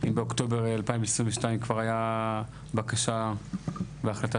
אם באוקטובר 2022 כבר הייתה בקשה והחלטה